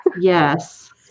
Yes